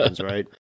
right